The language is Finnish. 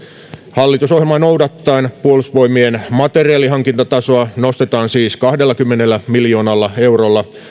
hallitusohjelmaa noudattaen puolustusvoimien materiaalihankintatasoa nostetaan siis kahdellakymmenellä miljoonalla eurolla